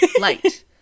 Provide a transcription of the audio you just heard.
light